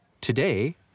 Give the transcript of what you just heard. Today